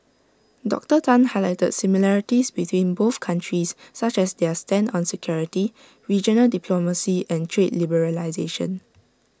Doctor Tan highlighted similarities between both countries such as their stand on security regional diplomacy and trade liberalisation